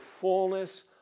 fullness